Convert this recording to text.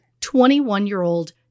21-year-old